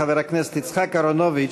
חבר הכנסת יצחק אהרונוביץ,